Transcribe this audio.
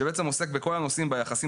שבעצם עוסק בכל הנושאים של היחסים